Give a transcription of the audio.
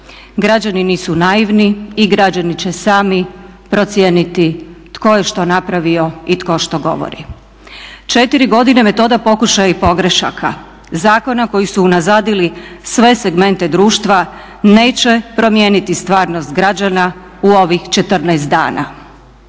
građani nisu naivni i građani će sami procijeniti tko je što napravio i tko što govori. 4 godine metoda pokušaja i pogrešaka zakona koji su unazadili sve segmente društva neće promijeniti stvarnost građana u ovih 14 dana.